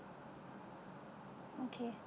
okay